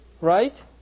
right